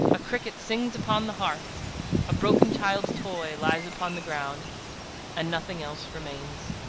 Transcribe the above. a cricket sings upon the hearth a broken child's toy lies upon the ground and nothing else remains.